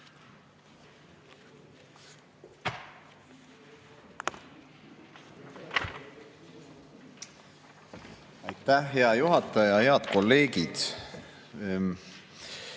Aitäh, hea juhataja! Head kolleegid!